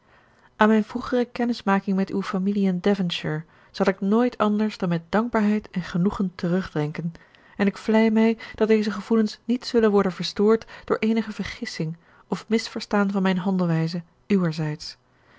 aan mijne vroegere kennismaking met uwe familie in devonshire zal ik nooit anders dan met dankbaarheid en genoegen terugdenken en ik vlei mij dat deze gevoelens niet zullen worden verstoord door eenige vergissing of misverstaan van mijne handelwijze uwerzijds